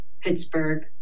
Pittsburgh